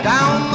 Down